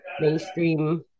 mainstream